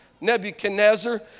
Nebuchadnezzar